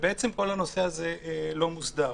וכל הנושא הזה לא מוסדר.